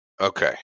Okay